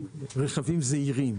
רכבים זעירים.